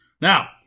Now